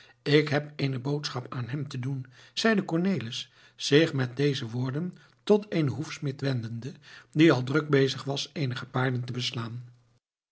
ik heb eene boodschap aan hem te doen zeide cornelis zich met deze woorden tot eenen hoefsmid wendende die al druk bezig was eenige paarden te beslaan